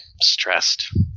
stressed